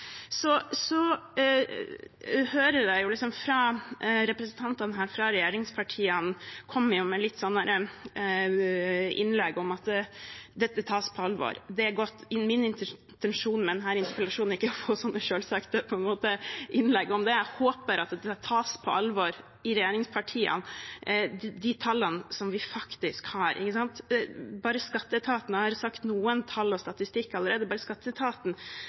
Så hører jeg at representantene fra regjeringspartiene kommer med innlegg om at dette tas på alvor. Det er godt. Min intensjon med denne interpellasjonen er ikke å få slike selvsagte innlegg. Jeg håper at de tallene vi faktisk har, tas på alvor i regjeringspartiene. Jeg har nevnt noen tall og statistikker allerede, bare til skatteetaten har